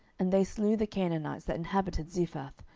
and they slew the canaanites that inhabited zephath,